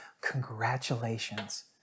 congratulations